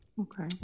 Okay